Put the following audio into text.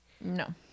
No